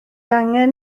angen